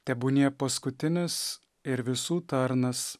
tebūnie paskutinis ir visų tarnas